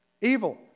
Evil